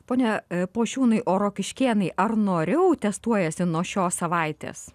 pone pošiūnai o rokiškėnai ar noriau testuoja senos šios savaitės